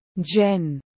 Jen